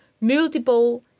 multiple